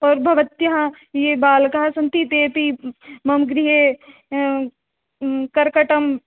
और् भवत्याः ये बालकाः सन्ति तेऽपि मम गृहे कर्कटम्